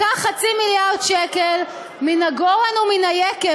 לקח חצי מיליארד שקל מן הגורן ומן היקב,